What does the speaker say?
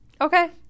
okay